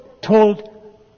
told